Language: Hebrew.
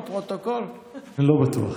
בטוח.